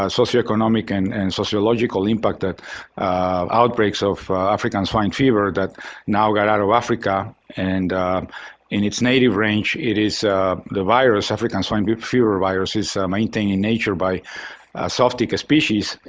ah socioeconomic and and sociological impact that outbreaks of african swine fever that now got out of africa and in its native range, it is the virus, african swine but fever virus is maintained in nature by soft tick species.